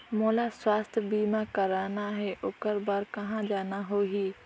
मोला स्वास्थ बीमा कराना हे ओकर बार कहा जाना होही?